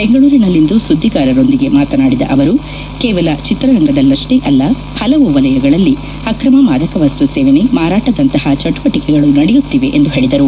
ಬೆಂಗಳೂರಿನಲ್ಲಿಂದು ಸುದ್ದಿಗಾರರೊಂದಿಗೆ ಮಾತನಾಡಿದ ಅವರು ಕೇವಲ ಚಿತ್ರರಂಗದಲ್ಲಷ್ವೇ ಇಲ್ಲ ಹಲವು ವಲಯಗಳಲ್ಲಿ ಅಕ್ರಮ ಮಾದಕ ವಸ್ತು ಸೇವನೆ ಮಾರಾಟದಂತಹ ಚಟುವಟಿಕೆಗಳು ನಡೆಯುತ್ತಿವೆ ಎಂದು ಹೇಳಿದರು